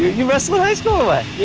you wrestle in high school or